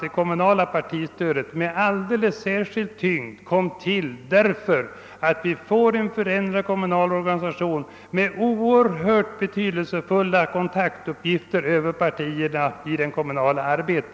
Det kommunala partistödet kom med särskild tyngd till med tanke på den förändrade kommunala organisationen som kommer att medföra oerhört betydelsefulla kontaktuppgifter över partierna i det kommunala arbetet.